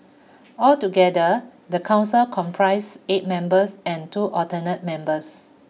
altogether the council comprise eight members and two alternate members